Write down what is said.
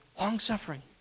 long-suffering